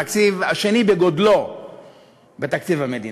התקציב השני בגודלו בתקציב המדינה,